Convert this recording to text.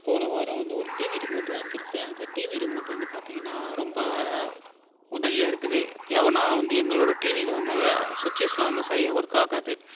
போன வாரம் வந்து ஒரு டிவி ரிமோட்டு வாங்கிருந்தேன் அந்த டிவி ரிமோட்டு வந்து பார்த்திங்கன்னா ரொம்ப உதவியாக இருக்குது எவனோ வந்து எங்களோட டிவியில் வந்து சுவிட்ச்சஸ்லாம் வந்து சரியாக ஒர்க் ஆகாது